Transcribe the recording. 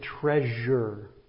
treasure